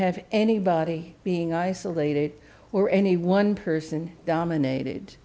have anybody being isolated or any one person dominated